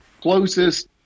closest